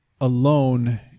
alone